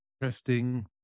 interesting